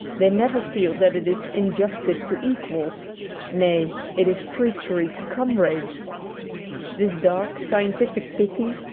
they never feel that it is injustice to equals nay, it is treachery to comrades. this dark, scientific pity,